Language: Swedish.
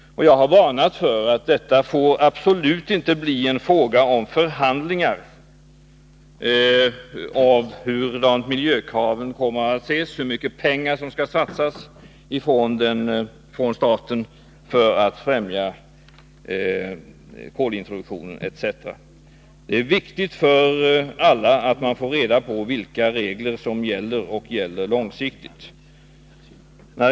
Jag har varnat för detta och sagt att det absolut inte får bli en fråga om förhandlingar om miljökraven, om hur mycket pengar som skall satsas av staten för att främja kolintroduktion etc. Det är viktigt för alla att veta vilka regler som gäller långsiktigt.